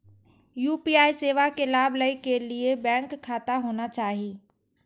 UPI सेवा के लाभ लै के लिए बैंक खाता होना चाहि?